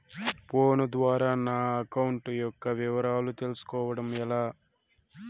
Phone ద్వారా నా account యొక్క వివరాలు తెలుస్కోవడం ఎలా?